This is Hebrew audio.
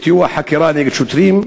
מטיוח חקירה נגד שוטרים.